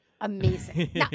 amazing